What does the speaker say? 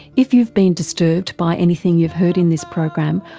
if you've been disturbed by anything you've heard in this program,